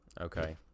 Okay